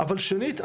אבל שנית,